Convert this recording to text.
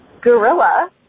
gorilla